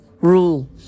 rule